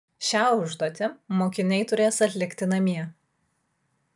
šią užduotį mokiniai turės atlikti namie